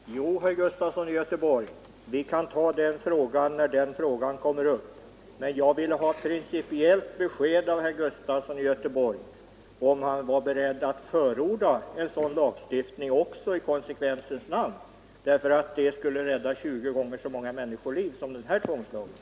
Herr talman! Jo, herr Sven Gustafson i Göteborg, vi kan ta diskussionen om alkoholen när den frågan kommer upp. Men jag ville ha ett principiellt besked om huruvida herr Gustafson i konsekvensens namn var beredd att förorda en sådan lagstiftning också. Det skulle nämligen rädda 20 gånger så många människoliv som tvångslagen om bilbälten.